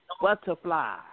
butterfly